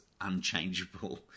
unchangeable